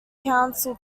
council